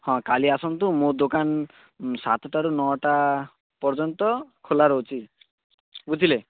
ହଁ କାଲି ଆସନ୍ତୁ ମୁଁ ଦୋକାନ ସାତଟାରୁ ନଅଟା ପର୍ଯ୍ୟନ୍ତ ଖୋଲା ରହୁଛି ବୁଝିଲେ